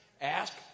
Ask